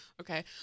Okay